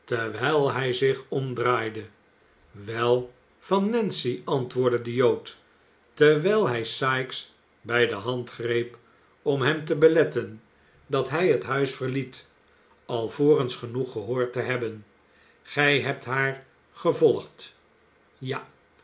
terwijl hij zich omdraaide wel van nancy antwoordde de jood terwijl hij sikes bij de hand greep om hem te beletten dat hij het huis verliet alvorens genoeg gehoord te hebben gij hebt haar gevolgd ja